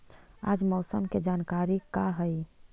आज मौसम के जानकारी का हई?